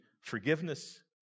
forgiveness